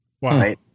Wow